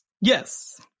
Yes